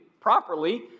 properly